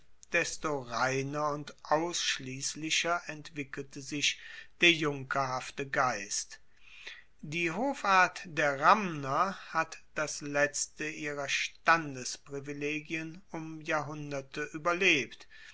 desto reiner und ausschliesslicher entwickelte sich der junkerhafte geist die hoffart der ramner hat das letzte ihrer standesprivilegien um jahrhunderte ueberlebt